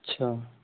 अच्छा